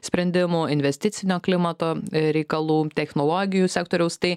sprendimų investicinio klimato reikalų technologijų sektoriaus tai